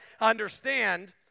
understand